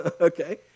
okay